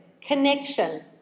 Connection